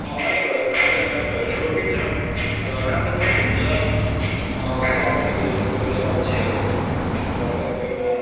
अनेक अनेक अनेकहरू रोपिन्छ र राम्रो पनि हुन्छ घरमै यो रोपेको सब्जीहरू घरमै रोपेको